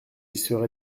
serai